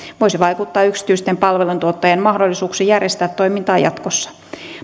voisi vaikuttaa yksityisten palveluntuottajien mahdollisuuksiin järjestää toimintaa jatkossa